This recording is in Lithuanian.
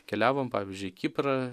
keliavom pavyzdžiui į kiprą